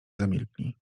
zamilkli